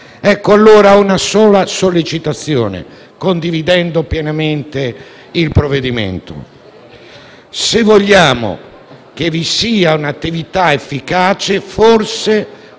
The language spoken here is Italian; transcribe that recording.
allora una sola sollecitazione, condividendo pienamente il provvedimento. Se vogliamo che vi sia un'attività efficace, forse